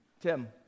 Tim